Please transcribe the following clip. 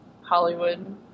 Hollywood